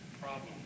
problem